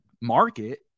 market